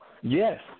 Yes